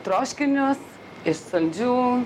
troškinius iš saldžių